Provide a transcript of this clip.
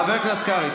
חבר הכנסת קרעי,